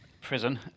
prison